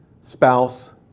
spouse